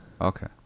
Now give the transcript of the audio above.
okay